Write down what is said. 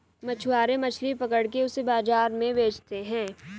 मछुआरे मछली पकड़ के उसे बाजार में बेचते है